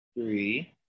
three